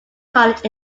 college